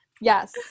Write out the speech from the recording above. Yes